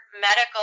medical